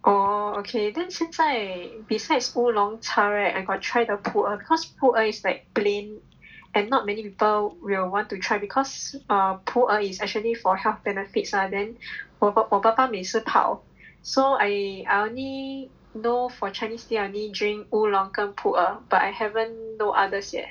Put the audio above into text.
oh okay then 现在 besides 乌龙茶 right I got try the 普洱 cause 普洱 is like plain and not many people will want to try because err 普洱 is actually for health benefits ah then 我爸我爸爸每次泡 so I I only know for Chinese tea I only drink oolong 跟普洱 but I haven't know others yet